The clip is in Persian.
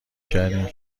کردیم